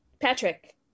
Patrick